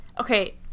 Okay